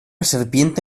serpiente